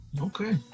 Okay